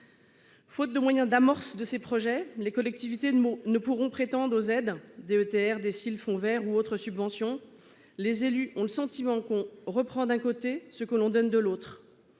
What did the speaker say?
Faute de moyens d'amorce de ces projets. Les collectivités de mots ne pourront prétendre aux aides DETR déciles fonds verts ou autres subventions, les élus ont le sentiment qu'on reprend, d'un côté ce que l'on donne de l'autre.